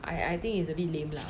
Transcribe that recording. I I think it's a bit lame lah